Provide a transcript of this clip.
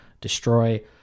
destroy